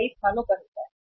यह कई स्थानों पर होता है